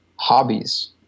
hobbies